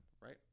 right